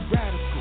Radical